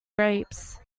grapes